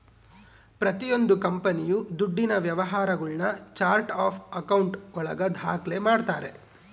ಪ್ರತಿಯೊಂದು ಕಂಪನಿಯು ದುಡ್ಡಿನ ವ್ಯವಹಾರಗುಳ್ನ ಚಾರ್ಟ್ ಆಫ್ ಆಕೌಂಟ್ ಒಳಗ ದಾಖ್ಲೆ ಮಾಡ್ತಾರೆ